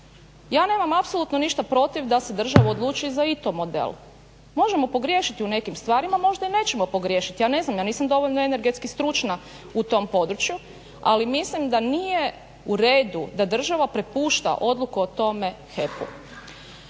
Ja nemam apsolutno ništa protiv da se država odluči i za ITO model. Možemo pogriješiti u nekim stvarima, možda i nećemo pogriješiti. Ja ne znam, ja nisam dovoljno energetski stručna u tom području. Ali mislim da nije u redu da država prepušta odluku o tome HEP-u.